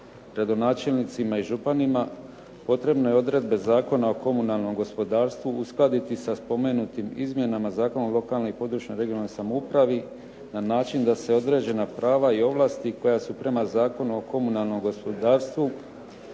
gradonačelnicima i županima, potrebno je odredbe Zakona o komunalnom gospodarstvu uskladiti sa spomenutim izmjenama Zakona o lokalnoj i područnoj (regionalnoj) samoupravi na način da se određena prava i ovlasti koja su prema Zakonu o komunalnom gospodarstvu